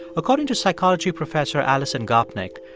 according to psychology professor alison gopnik,